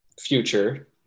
future